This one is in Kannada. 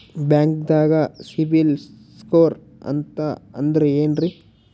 ಬ್ಯಾಂಕ್ದಾಗ ಸಿಬಿಲ್ ಸ್ಕೋರ್ ಅಂತ ಅಂದ್ರೆ ಏನ್ರೀ?